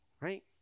right